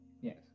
Yes